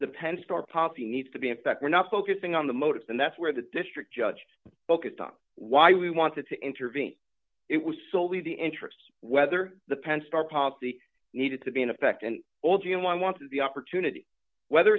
the penn star policy needs to be and that we're not focusing on the motives and that's where the district judge focused on why we wanted to intervene it was so we the interests whether the penn star policy needed to be in effect and told you one wanted the opportunity whether